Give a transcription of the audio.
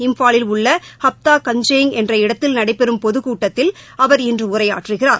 இம்பாலில் உள்ளஹப்தா கஞ்செய்பங்க் என்ற இடத்தில் நடைபெறும் பொதுக்கூட்டத்தில் அவர் இன்றுஉரையாற்றுகிறார்